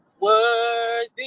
worthy